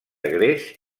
gres